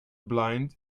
blind